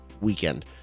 weekend